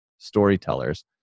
storytellers